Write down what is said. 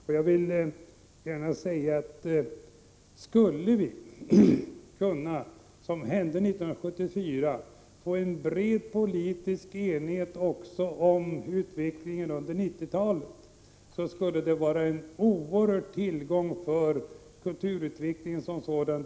Om vi skulle kunna få en bred politisk enighet också om utvecklingen under 1990-talet — enighet nåddes ju 1974 — skulle det vara en mycket stor tillgång för kulturutvecklingen som sådan.